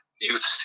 Youth